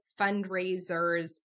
fundraisers